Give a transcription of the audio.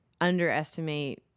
underestimate